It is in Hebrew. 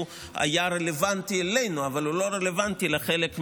שהוא רלוונטי אלינו אבל הוא לא רלוונטי לחלק מהמדינות.